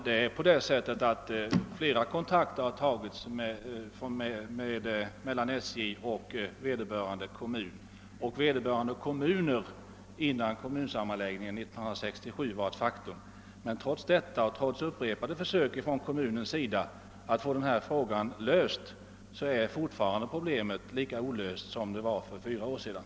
Herr talman! Flera kontakter har tagits mellan SJ och vederbörande kom mun — och vederbörande kommuner, innan kommunsammanläggningen 1967 var ett faktum — men trots detta och trots upprepade försök från kommunens sida att få saken ordnad är problemet fortfarande lika olöst som det var för fyra år sedan.